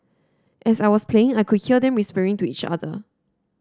as I was playing I could hear them whispering to each other